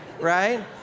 Right